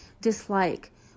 dislike